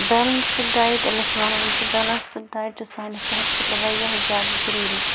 balanced diet ییٚلہِ أسۍ وَنان چھِ بیلَنسٕڈ ڈایِٹ چھُ سانہِ صحتہٕ خٲطرٕ واریاہ زیادٕ ضروٗری